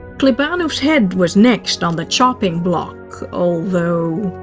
klebanov's head was next on the chopping block, although.